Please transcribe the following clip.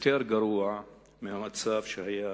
יותר גרוע מהמצב שהיה